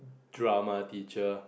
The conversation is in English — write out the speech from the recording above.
drama teacher